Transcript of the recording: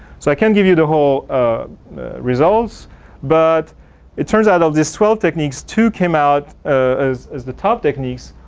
so i can give you the whole results but it turns out that of these twelve techniques, two came out as as the top techniques.